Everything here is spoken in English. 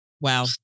wow